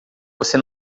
você